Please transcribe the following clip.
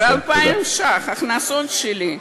מ-2,000 ש"ח, ההכנסות שלי,